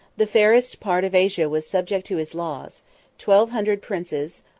the fairest part of asia was subject to his laws twelve hundred princes,